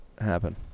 happen